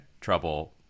trouble